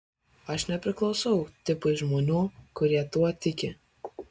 aš nepriklausau tipui žmonių kurie tuo tiki